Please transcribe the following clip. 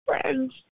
friends